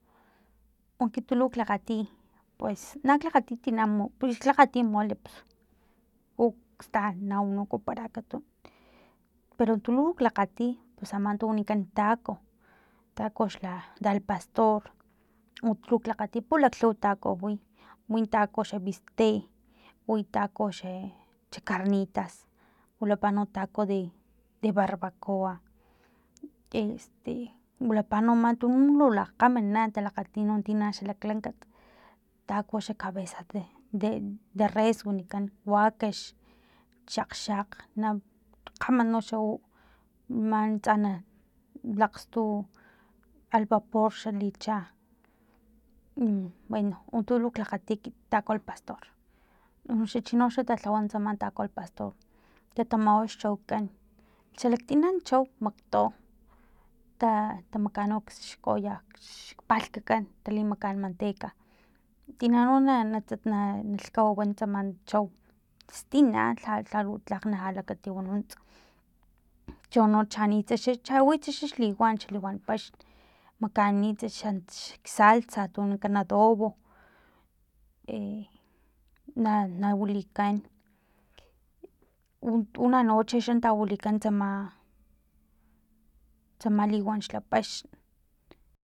U ekiti tu luk lakgati pues na klakgati tina mo pus nak lakgati mole uktsa u kuapara akatun pero tu luk lakgati pus ama tu wanikan taco taco xla alpastor u tuk lakgati pulaklhuw taco wi wintaco xa biste wi taco xe xa carnitas wilapa no taco de barbacoa este wilapano ama tu lu lakgam na talakgati no tino xalaklankast taco xa cabeza de de res wanikan wakax xakgxakg na lgama noxa u mantsa lakgstu alvapor talicha mm bueno untu luk lakgati taco al pastor uno xa chino talhawa tsama taco al pastor tatamawa xchaukan xalaktina chau makto ta makaan no xkoya xpalhkakan talimakaan manteca tina no na tsata na na lhkawawan tsama man chau stina lha lhalu tlakg lhala katiw nunts chono chanitsa chawits xa liwan liwan paxn makanitsa xa kxsalsa tu wanikan adobo e na na wilikan una noche xa tawilikan tsama tsama liwan xla paxn